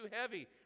heavy